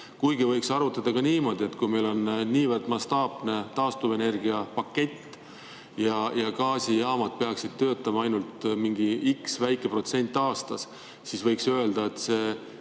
Kuigi võiks arutada ka niimoodi, et kui meil on niivõrd mastaapne taastuvenergiapakett ja gaasijaamad peaksid töötama ainult mingi x väike protsent aastas, siis võiks ju öelda, et see